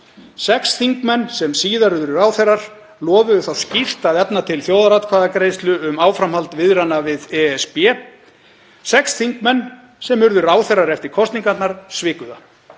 Sex þingmenn sem síðar urðu ráðherrar lofuðu þá skýrt að efna til þjóðaratkvæðagreiðslu um áframhald viðræðna við ESB. Sex þingmenn, sem urðu ráðherrar eftir kosningarnar, sviku